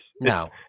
No